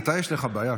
אתה, יש לך בעיה.